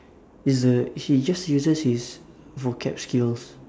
is the he just uses his vocab skills